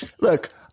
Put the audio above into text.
look